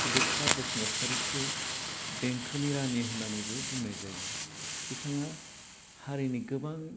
सुलिखा बसुमतारीखो देंखोनि रानि होन्नानैबो बुंनाय जायो बिथाङा हारिनि गोबां